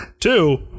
two